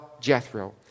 Jethro